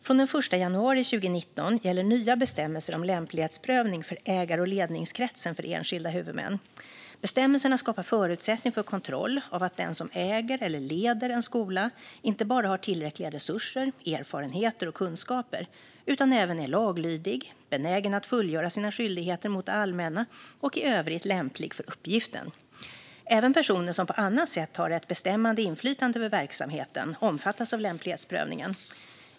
Från den 1 januari 2019 gäller nya bestämmelser om lämplighetsprövning för ägar och ledningskretsen för enskilda huvudmän. Bestämmelserna skapar förutsättningar för kontroll av att den som äger eller leder en skola inte bara har tillräckliga resurser, erfarenheter och kunskaper utan även är laglydig, benägen att fullgöra sina skyldigheter mot det allmänna och i övrigt lämplig för uppgiften. Även personer som på annat sätt har ett bestämmande inflytande över verksamheten omfattas av lämplighetsprövningen.